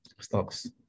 stocks